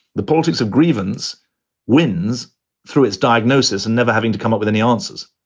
the politics of grievance wins through its diagnosis and never having to come up with any answers.